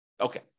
Okay